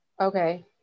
Okay